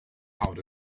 out